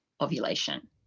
ovulation